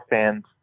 fans